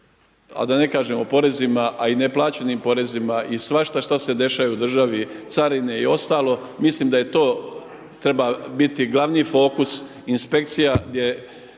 a da ne kažem o porezima, a i neplaćenim porezima i svašta što se dešava u državi, carine i ostalo mislim da to treba biti glavni fokus inspekcija gdje